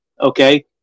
okay